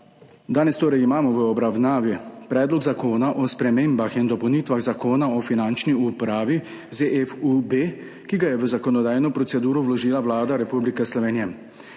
Danes imamo v obravnavi Predlog zakona o spremembah in dopolnitvah Zakona o finančni upravi (ZFU-B), ki ga je v zakonodajno proceduro vložila Vlada Republike Slovenije.